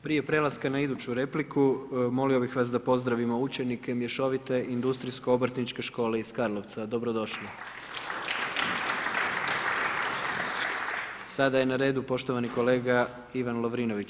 Prije prelaska na iduću repliku zamolio bih vas da pozdravimo učenike mješovite, industrijsko obrtničke škole iz Karlovca, dobrodošli. … Sada je na redu poštovani kolega Ivan Lovrinović.